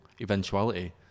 eventuality